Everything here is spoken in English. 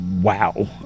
Wow